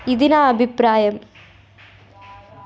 ఇది నా అభిప్రాయం